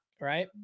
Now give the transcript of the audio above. Right